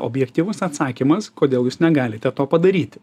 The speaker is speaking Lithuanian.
objektyvus atsakymas kodėl jūs negalite to padaryti